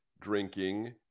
drinking